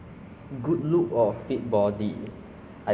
your parents give you this look than just appreciate lor